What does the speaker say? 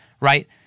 Right